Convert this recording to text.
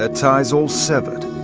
ah ties all severed,